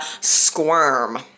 squirm